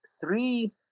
three